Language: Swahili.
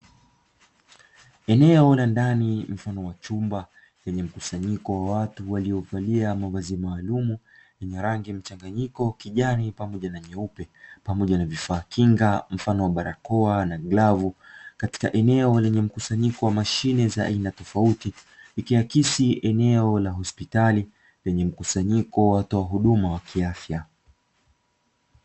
Watu kadhaa wakiwa wamekaa kwa mpangilio mkubwa ndani ya farsa maalumu, Kuashilia kwamba ni kipindi cha mtihani huku kila mmja akiwa makini na karatasi yake ili kusema kufanya mtihani huo wa kujipima.